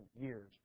years